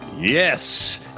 Yes